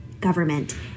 government